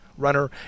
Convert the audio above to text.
runner